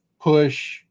push